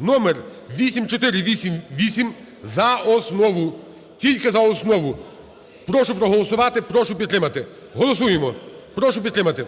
(№8488) за основу, тільки за основу. Прошу проголосувати, прошу підтримати. Голосуємо, прошу підтримати.